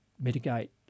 mitigate